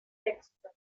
textos